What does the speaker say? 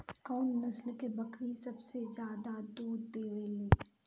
कउन नस्ल के बकरी सबसे ज्यादा दूध देवे लें?